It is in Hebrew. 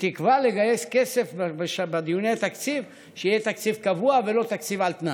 בתקווה לגייס כסף בדיוני התקציב שיהיה תקציב קבוע ולא תקציב על תנאי.